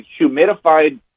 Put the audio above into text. humidified